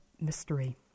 mystery